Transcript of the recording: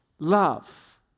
Love